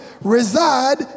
reside